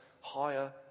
higher